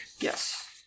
yes